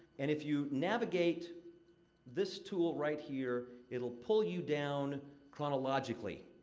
and if you navigate this tool right here, it'll pull you down chronologically.